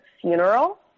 funeral